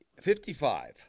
fifty-five